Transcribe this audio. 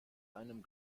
einem